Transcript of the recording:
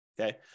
Okay